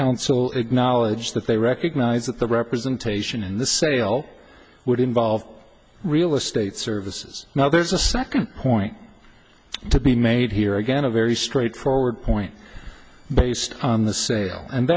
council acknowledge that they recognize that the representation in the sale would involve real estate services now there's a second point to be made here again a very straightforward point based on the sale and